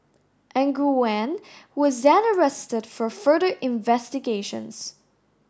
Nguyen was then arrested for further investigations